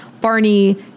Barney